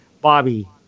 Bobby